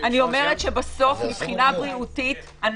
מבחינה בריאותית,